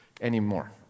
anymore